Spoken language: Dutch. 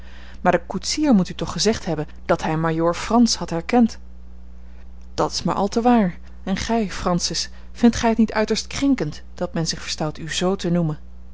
maar de koetsier moet u toch gezegd hebben dat hij majoor frans had herkend dat is maar al te waar en gij francis vindt gij het niet uiterst krenkend dat men zich verstout u z te noemen